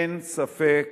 אין ספק